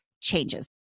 changes